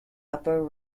upper